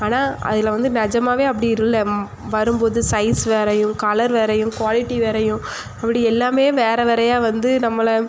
ஆனால் அதில் வந்து நெஜமாகவே அப்படி இல்லை வரும் போது சைஸ் வேறையும் கலர் வேறையும் குவாலிட்டி வேறையும் அப்படி எல்லாமே வேறு வேறையா வந்து நம்மளை